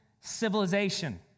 civilization